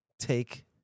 take